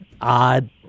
odd